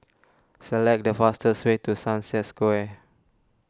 select the fastest way to Sunset Square